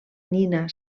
nina